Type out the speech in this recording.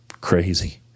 Crazy